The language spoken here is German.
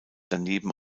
daneben